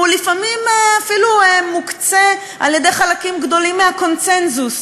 הוא לפעמים אפילו מוקצה על-ידי חלקים גדולים מהקונסנזוס.